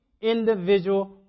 individual